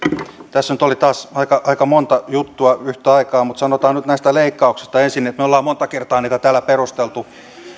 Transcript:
tässä nyt oli taas aika aika monta juttua yhtä aikaa mutta sanotaan nyt näistä leikkauksista ensin että me olemme monta kertaa niitä täällä perustelleet